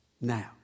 Now